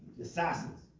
Assassins